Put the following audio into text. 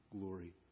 glory